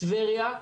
טבריה,